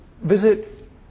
visit